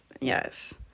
yes